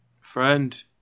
friend